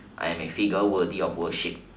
I am a figure worthy of worship